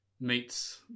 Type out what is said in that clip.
meets